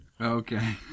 Okay